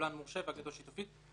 קבלן מורשה ואגודה שיתופית.